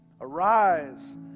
Arise